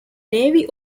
navy